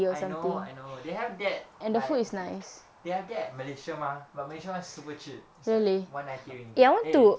I know I know they have that like they have that malaysia mah but malaysia one super cheap it's like one ninety ringgit eh